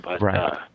Right